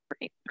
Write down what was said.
Great